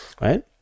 right